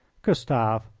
gustav,